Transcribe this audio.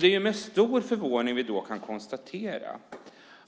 Det är med stor förvåning vi då kan konstatera